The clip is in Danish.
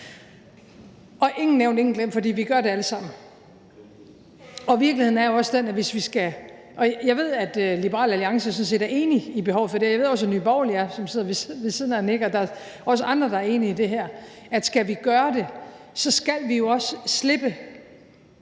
Ingen nævnt, ingen glemt, for vi gør det alle sammen. Virkeligheden er jo også den – og jeg ved, at Liberal Alliance sådan set er enig i behovet for det, og jeg ved også, at Nye Borgerlige, som sidder ved siden af og nikker, er, og der er også andre, der er enige i det her – at skal vi gøre det, skal vi jo også slippe